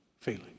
feeling